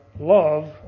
love